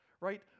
right